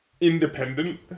independent